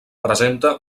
presenta